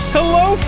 Hello